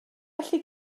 gallu